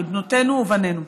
על בנותינו ובנינו.